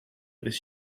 this